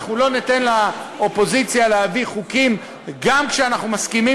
אנחנו לא ניתן לאופוזיציה להביא חוקים גם כשאנחנו מסכימים